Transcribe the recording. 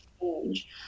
change